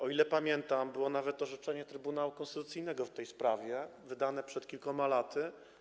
O ile pamiętam, było nawet orzeczenie Trybunału Konstytucyjnego w tej sprawie wydane przed kilkoma laty.